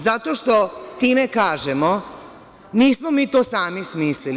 Zato što time kažemo – nismo mi to sami smislili.